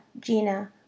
Gina